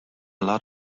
lot